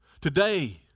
Today